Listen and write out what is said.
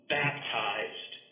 baptized